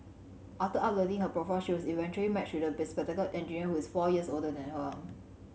after uploading her profile she was eventually matched with a bespectacled engineer who is four years older than her